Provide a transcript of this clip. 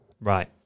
Right